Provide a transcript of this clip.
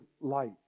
light